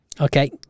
okay